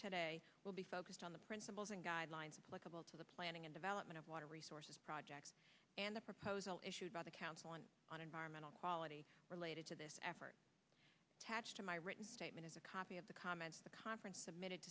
today will be focused on the principles and guidelines and likable to the planning and development of water resources projects and the proposal issued by the council on on environmental quality related to this effort tach to my written statement is a copy of the comments the conference submitted